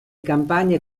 campagne